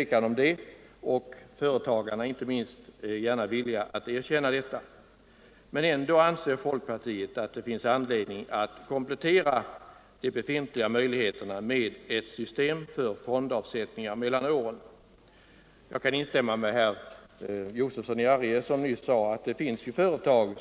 Inte minst företagarna är villiga att erkänna detta. Ändå anser folkpartiet att det finns anledning att komplettera de befintliga möjligheterna med ett system för fondavsättning mellan åren. Jag kan instämma med herr Josefson, som nyss sade att vissa företag